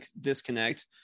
disconnect